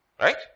Right